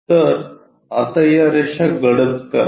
तर आता या रेषा गडद करा